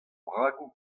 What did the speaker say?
bragoù